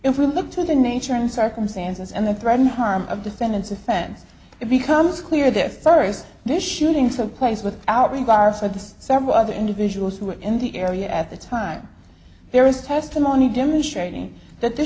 if we look to the nature and circumstances and the threat in harm of defendants offense it becomes clear that first this shooting took place without regard for the several other individuals who were in the area at the time there is testimony demonstrating that the